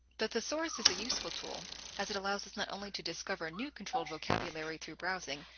the thesaurus is a useful tool as it allows us not only to discover new controlled vocabulary through browsing,